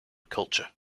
culture